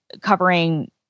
covering